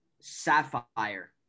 sapphire